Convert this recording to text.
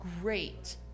great